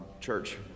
church